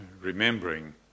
remembering